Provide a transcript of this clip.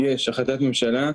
יש החלטת ממשלה,